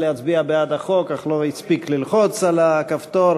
להצביע בעד החוק אך לא הספיק ללחוץ על הכפתור,